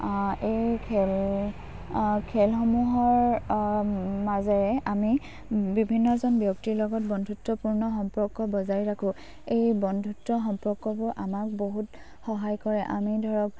এই খেল খেলসমূহৰ মাজেৰে আমি বিভিন্নজন ব্যক্তিৰ লগত বন্ধুত্বপূৰ্ণ সম্পৰ্ক বজাই ৰাখোঁ এই বন্ধুত্ব সম্পৰ্কবোৰ আমাক বহুত সহায় কৰে আমি ধৰক